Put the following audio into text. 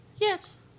Yes